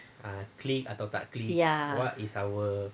ya